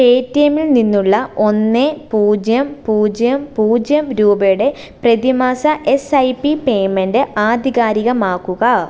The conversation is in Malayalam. പേ ടി എംൽ നിന്നുള്ള ഒന്ന് പൂജ്യം പൂജ്യം പൂജ്യം രൂപയുടെ പ്രതിമാസ എസ് ഐ പി പേയ്മെൻറ്റ് ആധികാരികമാക്കുക